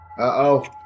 Uh-oh